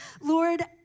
Lord